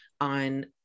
on